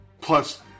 Plus